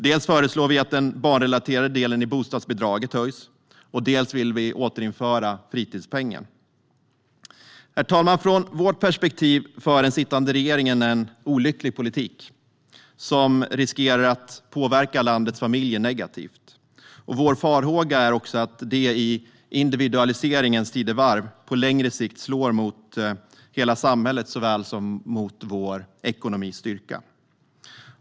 Dels föreslår vi att den barnrelaterade delen i bostadsbidraget höjs, dels vill vi återinföra fritidspengen. Herr talman! Från vårt perspektiv för den sittande regeringen en olycklig politik som riskerar att påverka landets familjer negativt. Vår farhåga är också att det i individualiseringens tidevarv på längre sikt slår mot hela samhället såväl som mot vår ekonomis styrka.